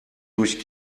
durch